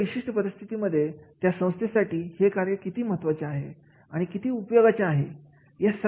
एखाद्या विशिष्ट परिस्थितीमध्ये त्या संस्थेसाठी हे कार्य किती महत्त्वाचे आहे आणि किती उपयोगाचे आहे